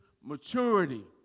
maturity